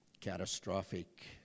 catastrophic